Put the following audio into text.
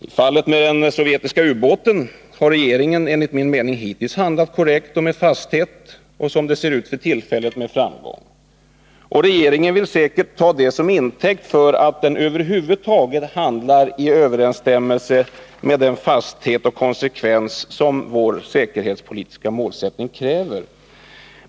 I fallet med den sovjetiska ubåten har regeringen enligt min mening hittills handlat korrekt och med fasthet och, som det ser ut för tillfället, med framgång. Regeringen vill säkert ta det som intäkt för att den över huvud taget handlar i överensstämmelse med den fasthet och konsekvens som vår säkerhetspolitiska målsättning kräver.